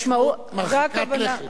משמעות מרחיקת לכת.